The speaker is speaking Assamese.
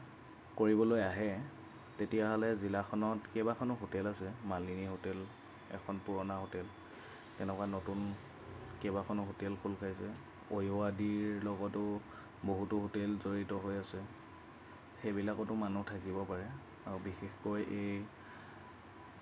কৰিবলৈ আহে তেতিয়াহ'লে জিলাখনত কেইবাখনো হোটেল আছে মালিনী হোটেল এখন পুৰণা হোটেল তেনেকুৱা নতুন কেইবাখনো হোটেল খোল খাইছে অ'য়' আদিৰ লগতো বহুতো হোটেল জড়িত হৈ আছে সেইবিলাকতো মানুহ থাকিব পাৰে আৰু বিশেষকৈ এই